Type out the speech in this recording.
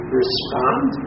respond